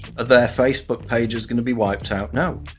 are their facebook page is gonna be wiped out now?